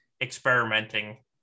experimenting